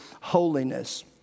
holiness